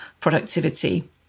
productivity